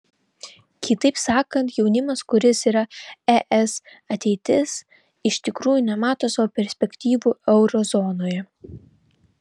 kitaip sakant jaunimas kuris yra es ateitis iš tikrųjų nemato savo perspektyvų euro zonoje